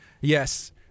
Yes